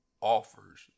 offers